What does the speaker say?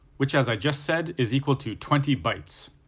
which as i just said is equal to twenty bytes.